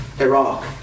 Iraq